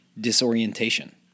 disorientation